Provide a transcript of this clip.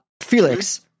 Felix